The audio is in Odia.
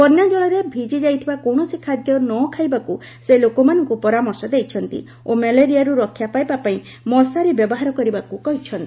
ବନ୍ୟାଜଳରେ ଭିଜିଯାଇଥିବା କୌଣସି ଖାଦ୍ୟ ନ ଖାଇବାକୁ ସେ ଲୋକମାନଙ୍କୁ ପରାମର୍ଶ ଦେଇଛନ୍ତି ଓ ମ୍ୟାଲେରିଆରୁ ରକ୍ଷା ପାଇବା ପାଇଁ ମଶାରୀ ବ୍ୟବହାର କରିବାକୁ କହିଚ୍ଚନ୍ତି